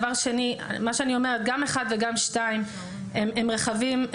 אני אומרת שגם (1) וגם (2) הם רחבים.